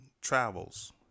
travels